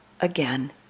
again